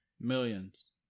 Millions